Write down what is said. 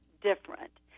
different